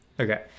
Okay